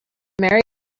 merry